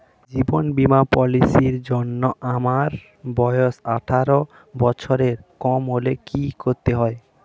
জীবন বীমা পলিসি র জন্যে আমার বয়স আঠারো বছরের কম হলে কি করতে হয়?